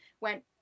went